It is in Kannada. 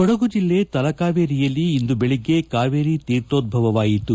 ಕೊಡಗು ಜಿಲ್ಲೆ ತಲಕಾವೇರಿಯಲ್ಲಿ ಇಂದು ಬೆಳಗ್ಗೆ ಕಾವೇರಿ ತೀರ್ಥೋದ್ಯವವಾಯಿತು